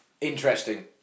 Interesting